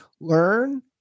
Learn